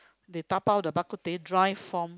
they dabao the Bak-kut-teh dry form